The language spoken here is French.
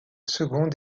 second